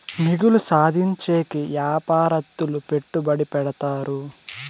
మిగులు సాధించేకి యాపారత్తులు పెట్టుబడి పెడతారు